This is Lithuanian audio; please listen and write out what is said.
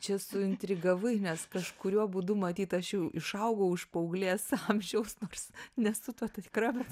čia suintrigavai nes kažkuriuo būdu matyt aš jau išaugau iš paauglės amžiaus nors nesu tuo tikra bet